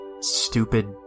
stupid